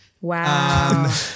Wow